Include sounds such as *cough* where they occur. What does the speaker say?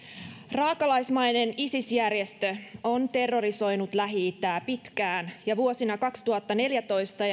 raakalaismainen isis järjestö on terrorisoinut lähi itää pitkään ja vuosina kaksituhattaneljätoista *unintelligible*